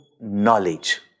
knowledge